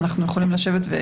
ואנחנו יכולים לשבת.